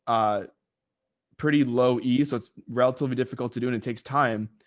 ah pretty low ease. so it's relatively difficult to do, and it takes time.